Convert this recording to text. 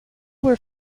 were